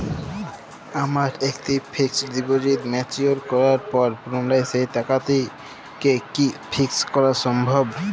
আমার একটি fixed deposit mature করার পর পুনরায় সেই টাকাটিকে কি ফিক্সড করা সম্ভব?